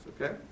okay